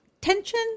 tension